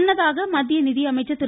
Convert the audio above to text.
முன்னதாக மத்திய நிதியமைச்சர் திரு